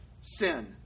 sin